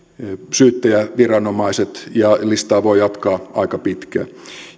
syyttäjäviranomaiset ja listaa voi jatkaa aika pitkään